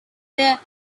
that